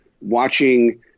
watching